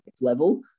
level